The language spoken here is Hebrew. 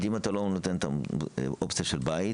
את טענותיהם בהקדם האפשרי לאחר ההתליה,